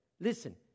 listen